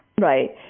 Right